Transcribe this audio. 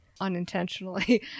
unintentionally